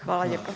Hvala lijepo.